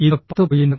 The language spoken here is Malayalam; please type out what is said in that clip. ഇത് 10